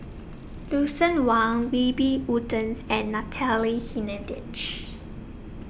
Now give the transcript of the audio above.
Lucien Wang Wiebe Wolters and Natalie Hennedige